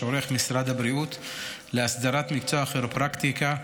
שעורך משרד הבריאות להסדרת מקצוע הכירופרקטיקה,